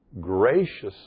graciously